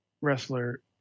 wrestler